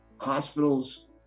hospitals